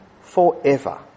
forever